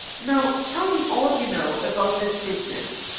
now, tell me all you know about this business.